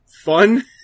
fun